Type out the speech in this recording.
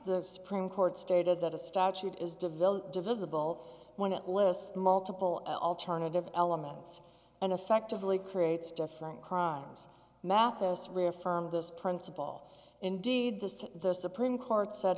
the supreme court stated that a statute is developed divisible when it lists multiple alternative elements and effectively creates different crimes mathes reaffirmed this principle indeed this to the supreme court said